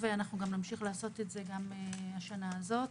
אנחנו נמשיך לעשות את זה גם בשנה הזאת.